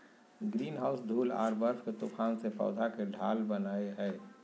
greenhouse धूल आर बर्फ के तूफान से पौध के ढाल बनय हइ